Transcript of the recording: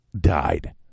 died